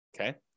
Okay